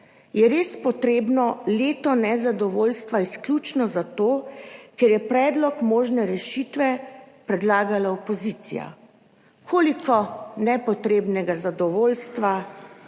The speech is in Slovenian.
Je res potrebno leto nezadovoljstva izključno zato, ker je predlog možne rešitve predlagala opozicija? Koliko nepotrebnega zadovoljstva